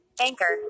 Anchor